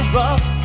rough